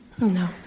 no